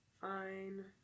Fine